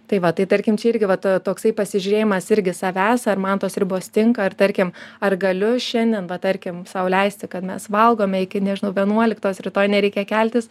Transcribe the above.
tai va tai tarkim čia irgi vat toksai pasižiūrėjimas irgi savęs ar man tos ribos tinka ar tarkim ar galiu šiandien va tarkim sau leisti kad mes valgome iki nežinau vienuoliktos rytoj nereikia keltis